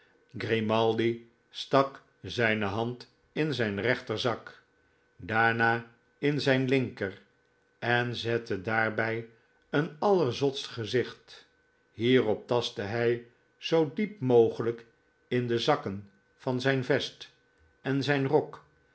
grimaldi stak zijne hand in zjn rechterzak daarna in zijn linker en zette daarbij een allerzotst gezicht hieroptastte hij zoo diep mogelijk in de zakken van zijn vest en zijn rok